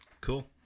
Cool